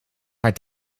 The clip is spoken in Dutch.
haar